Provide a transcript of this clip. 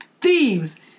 thieves